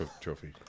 Trophy